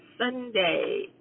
Sunday